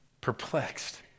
Perplexed